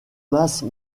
masses